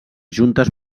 juntes